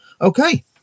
okay